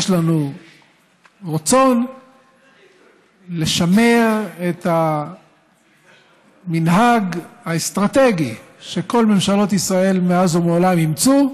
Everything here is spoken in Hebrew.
יש לנו רצון לשמר את המנהג האסטרטגי שכל ממשלות ישראל מאז ומעולם אימצו: